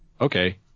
okay